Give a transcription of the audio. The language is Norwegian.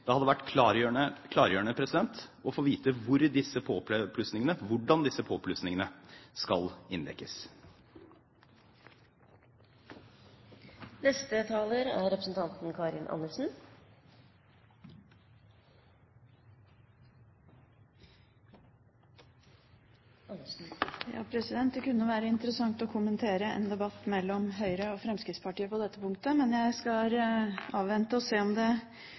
Det hadde vært klargjørende å få vite hvordan disse påplussingene skal dekkes inn. Det kunne være interessant å kommentere en debatt mellom Høyre og Fremskrittspartiet på dette punktet, men jeg vil avvente og se om det